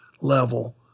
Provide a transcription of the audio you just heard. level